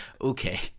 Okay